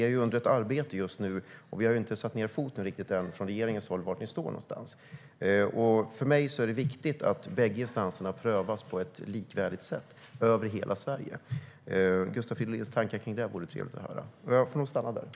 Arbetet pågår, och regeringen har inte satt ned foten än och visat var ni står. För mig är det viktigt att bägge instanserna prövas på ett likvärdigt sätt över hela Sverige. Det vore trevligt att få höra Gustav Fridolins tankar om detta.